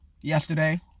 yesterday